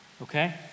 Okay